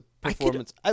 performance